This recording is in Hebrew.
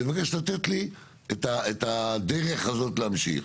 אז אני מבקש לתת לי את הדרך הזאת להמשיך.